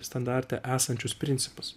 standarte esančius principus